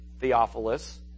Theophilus